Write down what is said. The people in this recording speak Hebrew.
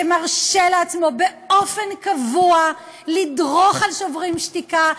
שמרשה לעצמו באופן קבוע לדרוך על "שוברים שתיקה",